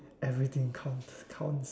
everything count count